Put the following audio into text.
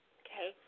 okay